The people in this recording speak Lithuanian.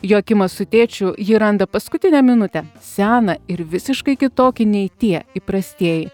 joakimas su tėčiu jį randa paskutinę minutę seną ir visiškai kitokį nei tie įprastieji